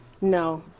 No